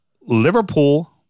Liverpool